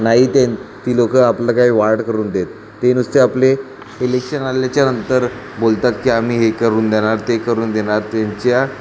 नाही ते ती लोक आपल्याला काही वाढ करून देत ते नुसते आपले इलेक्शन आल्याच्यानंतर बोलतात की आम्ही हे करून देणार ते करून देणार त्यांच्या